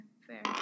fair